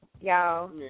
y'all